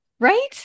Right